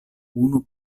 unu